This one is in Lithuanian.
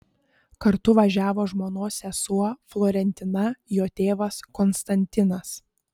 kartu važiavo žmonos sesuo florentina jo tėvas konstantinas